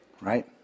right